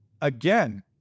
Again